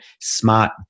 smart